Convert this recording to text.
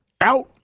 Out